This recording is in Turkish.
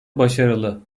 başarılı